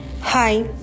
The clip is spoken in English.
Hi